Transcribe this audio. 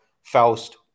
Faust